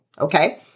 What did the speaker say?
Okay